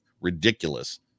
ridiculous